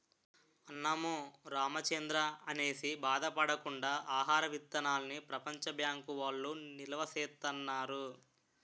అన్నమో రామచంద్రా అనేసి బాధ పడకుండా ఆహార విత్తనాల్ని ప్రపంచ బ్యాంకు వౌళ్ళు నిలవా సేత్తన్నారు